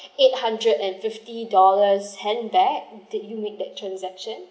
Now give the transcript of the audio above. eight hundred and fifty dollars handbag did you make that transaction